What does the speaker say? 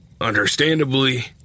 Understandably